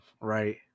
right